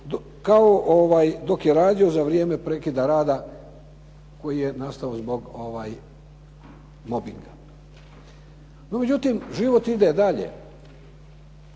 kao dok je radio za vrijeme prekida rada koji je nastao zbog mobbinga. No međutim, život ide dalje.